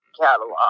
catalog